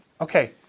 Okay